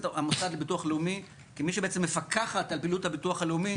המוסד לביטוח לאומי כמי שבעצם מפקחת על פעילות הביטוח הלאומי